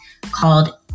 called